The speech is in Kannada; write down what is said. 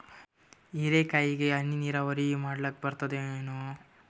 ಹೀರೆಕಾಯಿಗೆ ಹನಿ ನೀರಾವರಿ ಮಾಡ್ಲಿಕ್ ಬರ್ತದ ಏನು?